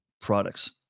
products